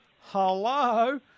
Hello